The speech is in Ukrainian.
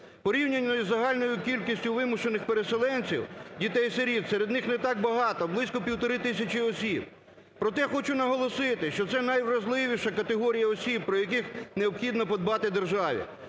Порівняно із загальною кількістю вимушених переселенців, дітей-сиріт серед них не так багато, близько півтори тисячі осіб. Проте, хочу наголосити, що це найвразливіша категорія осіб, про яких необхідно подбати державі.